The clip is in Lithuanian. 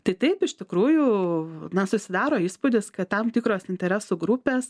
tai taip iš tikrųjų na susidaro įspūdis kad tam tikros interesų grupės